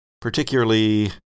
particularly